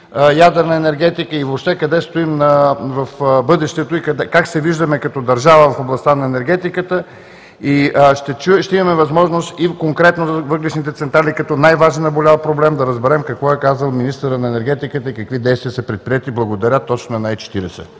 ядрена енергетика. Въобще къде стоим в бъдещото и как се виждаме като държава в областта на енергетиката. Ще имаме възможност да разберем конкретно за въглищните централи, като най-важен и наболял проблем, какво е казал министърът на енергетиката и какви действия са предприети. Благодаря. Точно минута